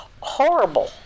horrible